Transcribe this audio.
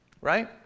right